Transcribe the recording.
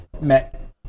met